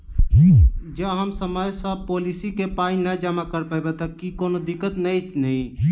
जँ हम समय सअ पोलिसी केँ पाई नै जमा कऽ पायब तऽ की कोनो दिक्कत नै नै?